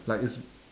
like it's